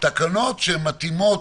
תקנות שמתאימות,